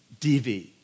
DV